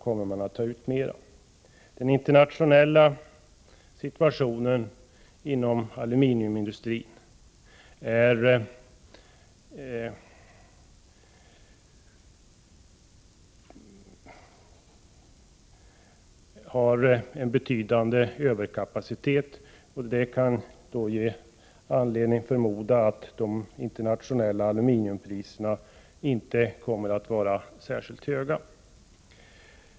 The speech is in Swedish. Aluminiumindustrin uppvisar internationellt sett en betydande överkapacitet, och det kan ge anledning förmoda att de internationella aluminiumpriserna inte kommer att vara särskilt höga framöver.